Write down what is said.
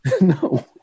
No